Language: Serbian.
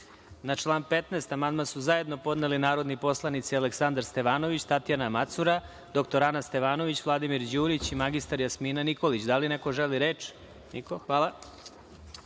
član 15. amandman su zajedno podneli narodni poslanici Aleksandar Stevanović, Tatjana Macura, dr Ana Stevanović, Vladimir Đurić i mr Jasmina Nikolić. Da li neko želi reč? (Ne.)Na član